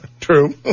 True